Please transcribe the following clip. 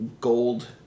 gold